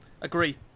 Agree